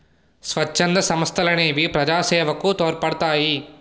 స్వచ్ఛంద సంస్థలనేవి ప్రజాసేవకు తోడ్పడతాయి